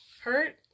hurt